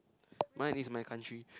mine is my country